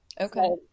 Okay